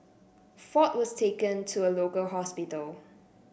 ford was taken to a local hospital